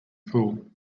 pool